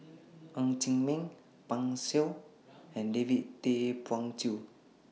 Ng Chee Meng Pan Shou and David Tay Poey Cher